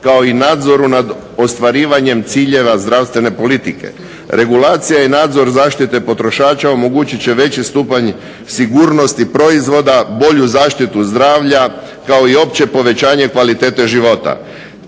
kao i u nadzoru nad ostvarivanjem ciljeva zdravstvene politike. Regulacija i nadzor zaštite potrošača omogućit će veći stupanj sigurnosti proizvoda, bolju zaštitu zdravlja kao i opće poboljšanje kvalitete života.